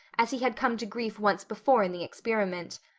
as he had come to grief once before in the experiment.